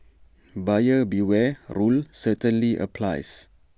buyer beware rule certainly applies